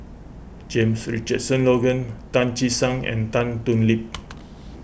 James Richardson Logan Tan Che Sang and Tan Thoon Lip